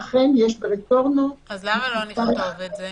אכן יש ברטונו --- למה לא לכתוב את זה?